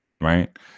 right